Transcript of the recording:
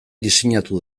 diseinatu